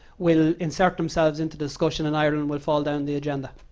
will in circumcise into discussion, and ireland will fall down the agenda.